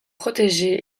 protégé